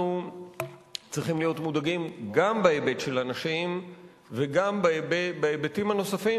אנחנו צריכים להיות מודאגים גם בהיבט של הנשים וגם בהיבטים הנוספים,